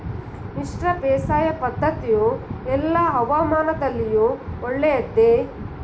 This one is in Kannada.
ಮಿಶ್ರ ಬೇಸಾಯ ಪದ್ದತಿಯು ಎಲ್ಲಾ ಹವಾಮಾನದಲ್ಲಿಯೂ ಒಳ್ಳೆಯದೇ?